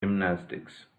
gymnastics